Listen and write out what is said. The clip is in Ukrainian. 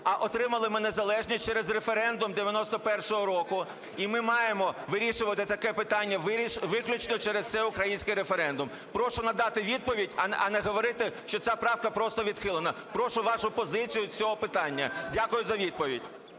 А отримали ми незалежність через референдум 1991 року. І ми маємо вирішувати таке питання виключно через всеукраїнський референдум. Прошу надати відповідь, а не говорити, що ця правка просто відхилена. Прошу вашу позицію з цього питання. Дякую за відповідь.